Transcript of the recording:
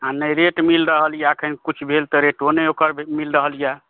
आ नहि रेट मिल रहल यए अखन कुछ भेल तऽ रेटो नहि ओकर मिल रहल यए